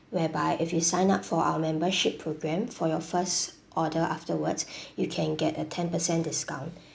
whereby if you sign up for our membership programme for your first order afterwards you can get a ten percent discount